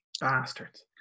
Bastards